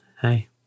hey